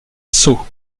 sceaux